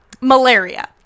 malaria